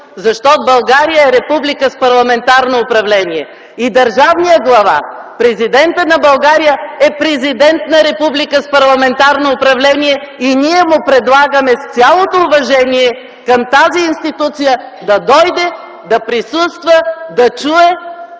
защото България е република с парламентарно управление и държавният глава, президентът на България, е президент на република с парламентарно управление! Ние му предлагаме с цялото уважение към тази институция да дойде, да присъства, да чуе